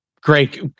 Great